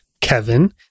Kevin